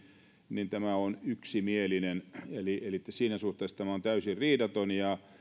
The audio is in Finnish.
on yksimielinen eli siinä suhteessa tämä on täysin riidaton